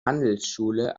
handelsschule